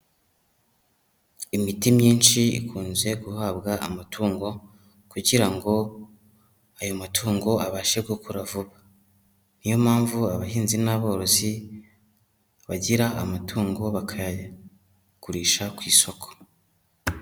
Imiti myinshi ikunze guhabwa amatungo kugira ngo ayo matungo abashe gukura vuba, niyo mpamvu abahinzi n'aborozi, bagira amatungo bakayagurisha ku isoko.